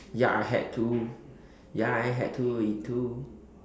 ya I had to ya I had to too